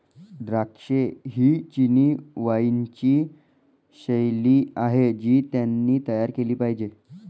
द्राक्षे ही चिनी वाइनची शैली आहे जी त्यांनी तयार केली पाहिजे